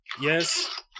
yes